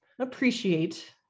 appreciate